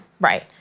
Right